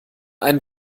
ein